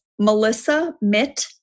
melissamitt